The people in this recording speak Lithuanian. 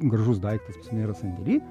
gražus daiktas pas mane yra sandėly